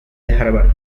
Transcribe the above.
harvard